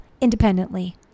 independently